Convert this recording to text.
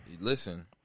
Listen